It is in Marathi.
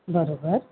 बरोबर